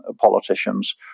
politicians